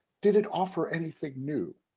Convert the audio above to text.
did it offer anything new?